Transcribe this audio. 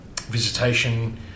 visitation